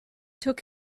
took